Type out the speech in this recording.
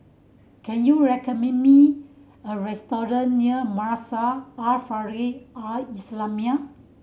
can you recommend me a restaurant near Madrasah Al Maarif Al Islamiah